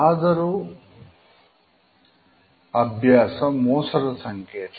ಆದರೂ ಅಭ್ಯಾಸ ಮೋಸದ ಸಂಕೇತ